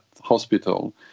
hospital